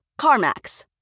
CarMax